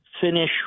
finish